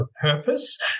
purpose